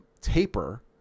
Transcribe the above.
taper